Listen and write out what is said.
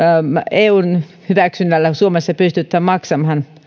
eun hyväksynnällä suomessa pystytään maksamaan